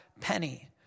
penny